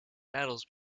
battles